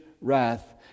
wrath